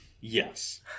Yes